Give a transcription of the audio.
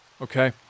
Okay